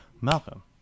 malcolm